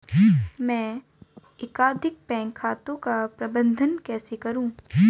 मैं एकाधिक बैंक खातों का प्रबंधन कैसे करूँ?